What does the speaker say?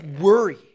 worry